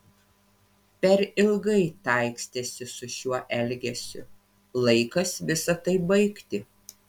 per ilgai taikstėsi su šiuo elgesiu laikas visa tai baigti